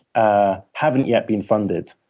ah haven't yet been funded.